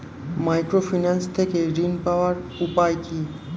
Microfinance থেকে ঋণ পাওয়ার উপায় কি?